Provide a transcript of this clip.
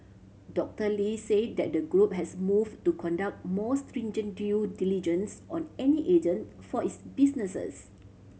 Doctor Lee said that the group has move to conduct more stringent due diligence on any agents for its businesses